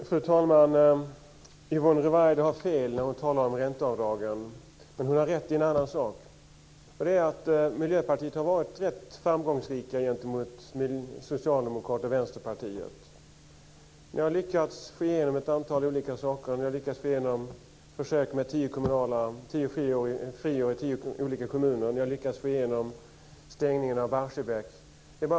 Fru talman! Yvonne Ruwaida har fel när hon talar om ränteavdragen, men hon har rätt i ett annat avseende, nämligen att Miljöpartiet har varit rätt framgångsrikt gentemot Socialdemokraterna och Vänsterpartiet. Ni har lyckats få igenom ett antal olika saker, bl.a. försök med att frigöra tio kommuner och stängningen av Barsebäck.